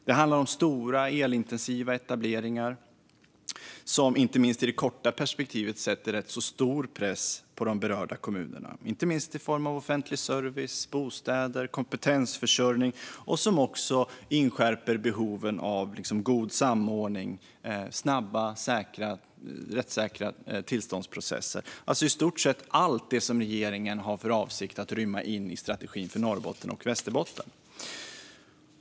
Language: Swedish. Det handlar om stora och elintensiva etableringar som inte minst i det korta perspektivet sätter rätt stor press på de berörda kommunerna, inte minst i form av offentlig service, bostäder och kompetensförsörjning, och som även inskärper behovet av god samordning och snabba och rättssäkra tillståndsprocesser - alltså i stort sett allt det som regeringen har för avsikt att rymma in i strategin för Norrbotten och Västerbotten.